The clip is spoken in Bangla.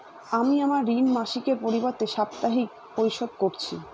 আমি আমার ঋণ মাসিকের পরিবর্তে সাপ্তাহিক পরিশোধ করছি